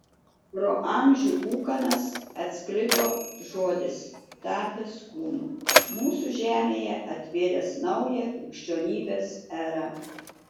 pro amžių ūkanas atsklido žodis tapęs kūnu mūsų žemėje atvėręs naują krikščionybės erą